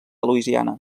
louisiana